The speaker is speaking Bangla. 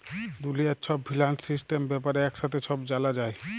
দুলিয়ার ছব ফিন্সিয়াল সিস্টেম ব্যাপারে একসাথে ছব জালা যায়